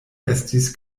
estis